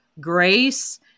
grace